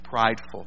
prideful